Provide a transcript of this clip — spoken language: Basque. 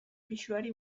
pisuari